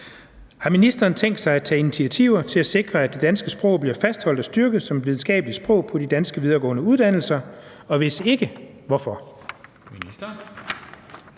Har ministeren tænkt sig at tage initiativer til at sikre, at det danske sprog bliver fastholdt og styrket som et videnskabeligt sprog på de danske videregående uddannelser, og hvis ikke, hvorfor?